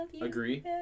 agree